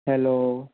hello